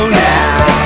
now